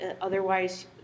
Otherwise